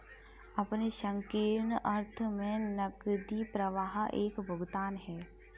अपने संकीर्ण अर्थ में नकदी प्रवाह एक भुगतान है